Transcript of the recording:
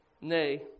Nay